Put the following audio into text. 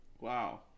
Wow